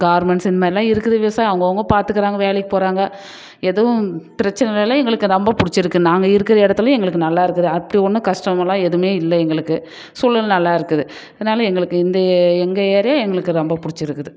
garments இந்த மாதிரிலாம் இருக்குது விவசாயம் அவங்கவுங்க பார்த்துக்குறாங்க வேலைக்கு போகிறாங்க எதுவும் பிரச்சின இல்லை எங்களுக்கு ரொம்ப பிடிச்சிருக்கு நாங்கள் இருக்கிற இடத்துல எங்களுக்கு நல்லாயிருக்குது அப்படி ஒன்றும் கஷ்டமெல்லாம் எதுவுமே இல்லை எங்களுக்கு சூழலும் நல்லாயிருக்குது அதனால் எங்களுக்கு இந்த எங்கள் ஏரியா எங்களுக்கு ரொம்ப பிடிச்சிருக்குது